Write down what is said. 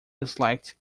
disliked